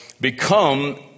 become